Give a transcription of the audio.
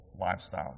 lifestyle